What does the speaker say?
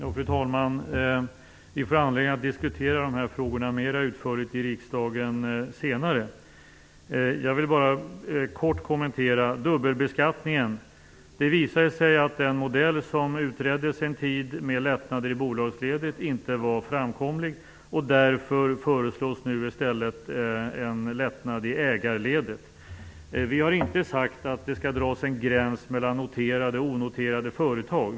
Fru talman! Vi får anledning att diskutera dessa frågor mer utförligt i riksdagen senare. Jag vill bara kort kommentera dubbelbeskattningen. Det visade sig att den modell som under en tid utreddes med lättnader i bolagsledet inte var framkomlig. Därför föreslås nu i stället en lättnad i ägarledet. Vi har inte sagt att det skall dras en gräns mellan noterade och onoterade företag.